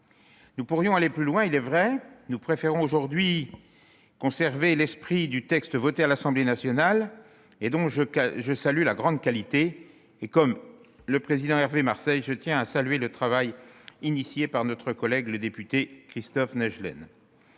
Nous pourrions aller plus loin, il est vrai. Nous préférons aujourd'hui conserver l'esprit du texte voté à l'Assemblée nationale, dont je salue la grande qualité. Comme le président Hervé Marseille, je tiens également à saluer le travail de notre collègue député Christophe Naegelen.